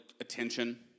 attention